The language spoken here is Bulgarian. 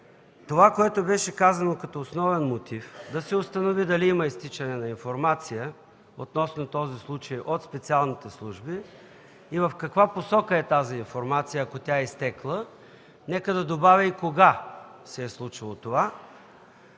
това, което беше казано като основен мотив – да се установи дали има изтичане на информация относно този случай от специалните служби и в каква посока е информацията, ако тя е изтекла. И нека да добавя: кога се е случило това?